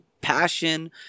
passion